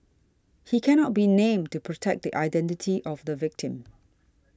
he cannot be named to protect the identity of the victim